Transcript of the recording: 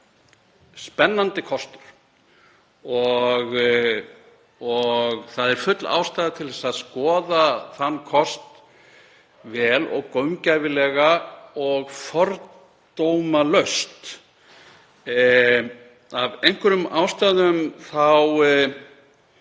spennandi kostur og full ástæða er til að skoða þann kost vel og gaumgæfilega og fordómalaust. Af einhverjum ástæðum